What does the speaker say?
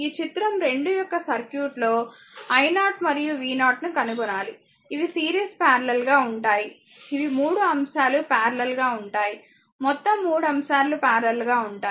ఈ చిత్రం 2 యొక్క సర్క్యూట్ లో i0 మరియు v0 ను కనుగొనాలి ఇవి సిరీస్ పారలెల్ గా ఉంటాయి ఇవి 3 అంశాలు పారలెల్ గా ఉంటాయి మొత్తం 3 అంశాలు పారలెల్ గా ఉంటాయి